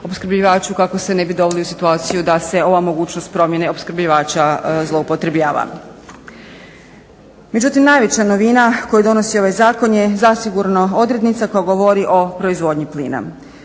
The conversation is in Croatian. opskrbljivaču kako se ne bi doveli u situaciju da se ova mogućnost promjene opskrbljivača zloupotrebljava. Međutim, najveća novina koju donosi ovaj zakon je zasigurno odrednica koja govori o proizvodnji plina.